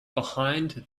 behind